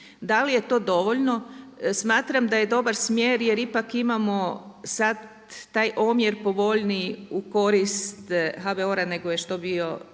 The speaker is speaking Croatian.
Da li je to dovoljno, smatram da je dobar smjer jer ipak imamo sada taj omjer povoljniji u korist HBOR-a nego što je to bio